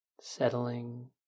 settling